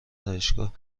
آرایشگاه